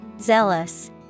Zealous